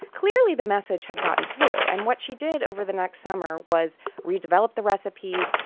clearly the message had gotten through and what she did over the next summer was redevelop the recipes,